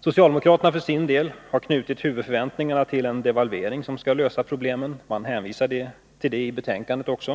Socialdemokraterna för sin del har knutit huvudförväntningarna till den devalvering som skall lösa problemen. Man hänvisade till den i betänkandet också.